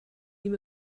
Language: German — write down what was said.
ihm